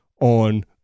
on